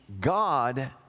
God